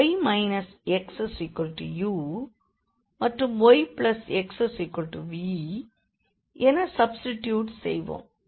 y xuமற்றும் yxvஎன substitute செய்வோம்